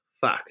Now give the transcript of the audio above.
fuck